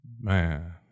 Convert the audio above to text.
Man